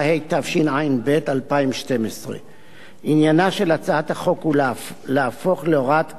התשע"ב 2012. עניינה של הצעת החוק הוא להפוך להוראת קבע את